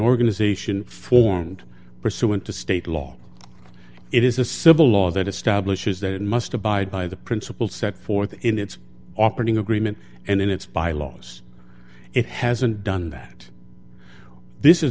organization formed pursuant to state law it is a civil laws that establishes that it must abide by the principle set forth in its operating agreement and in its bylaws it hasn't done that this is